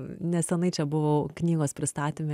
neseniai čia buvau knygos pristatyme